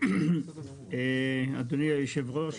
אדוני היושב-ראש,